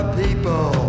people